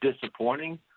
disappointing